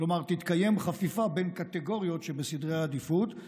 כלומר תתקיים חפיפה בין קטגוריות שבסדרי העדיפויות.